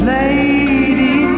lady